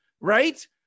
right